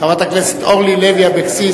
חברת הכנסת אורלי לוי אבקסיס.